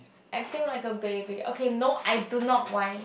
acting like a baby okay no I do not whine